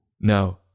No